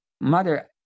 mother